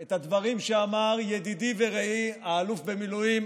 את הדברים שאמר ידידי ורעי אלוף במילואים